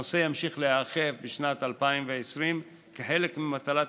הנושא ימשיך להיאכף בשנת 2020 כחלק ממטלת